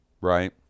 right